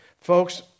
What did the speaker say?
Folks